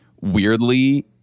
weirdly